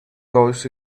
goes